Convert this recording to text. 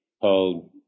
called